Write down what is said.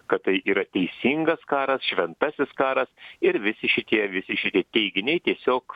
kad tai yra teisingas karas šventasis karas ir visi šitie visi šitie teiginiai tiesiog